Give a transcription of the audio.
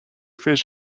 fission